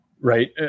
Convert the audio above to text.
right